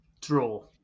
Draw